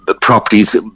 properties